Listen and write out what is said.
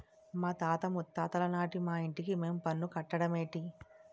మాతాత ముత్తాతలనాటి మా ఇంటికి మేం పన్ను కట్టడ మేటి